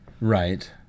Right